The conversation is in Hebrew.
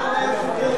כבר מייצרים.